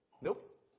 Nope